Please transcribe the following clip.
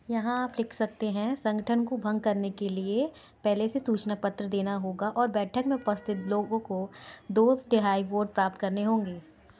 यहाँ आप लिख सकते हैं संगठन को भंग करने के लिए पहले से सूचना पत्र देना होगा और बैठक में उपस्थित लोगों के दो तिहाई वोट प्राप्त करने होंगे